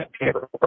paperwork